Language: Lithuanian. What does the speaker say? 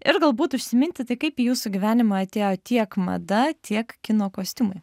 ir galbūt užsiminti tai kaip į jūsų gyvenimą atėjo tiek mada tiek kino kostiumai